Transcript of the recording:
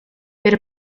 per